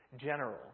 general